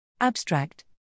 Abstract